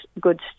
good